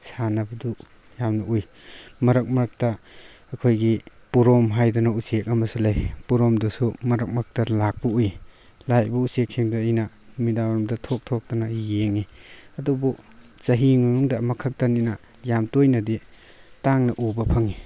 ꯁꯥꯟꯅꯕꯗꯨ ꯌꯥꯝꯅ ꯎꯏ ꯃꯔꯛ ꯃꯔꯛꯇ ꯑꯩꯈꯣꯏꯒꯤ ꯄꯣꯔꯣꯝ ꯍꯥꯏꯗꯅ ꯎꯆꯦꯛ ꯑꯃꯁꯨ ꯂꯩ ꯄꯣꯔꯣꯝꯗꯨꯁꯨ ꯃꯔꯛ ꯃꯔꯛꯇ ꯂꯥꯛꯄ ꯎꯏ ꯂꯥꯛꯏꯕ ꯎꯆꯦꯛꯁꯤꯡꯗꯨ ꯑꯩꯅ ꯅꯨꯃꯤꯗꯥꯡ ꯋꯥꯏꯔꯝꯗ ꯊꯣꯛ ꯊꯣꯛꯇꯅ ꯌꯦꯡꯉꯤ ꯑꯗꯨꯕꯨ ꯆꯍꯤ ꯑꯃꯒꯤ ꯃꯅꯨꯡꯗ ꯑꯃꯨꯛꯈꯛꯇꯅꯤꯅ ꯌꯥꯝ ꯇꯣꯏꯅꯗꯤ ꯇꯥꯡꯅ ꯎꯕ ꯐꯪꯉꯤ